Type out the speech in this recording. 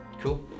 Cool